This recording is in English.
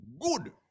good